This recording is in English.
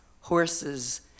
Horses